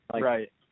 Right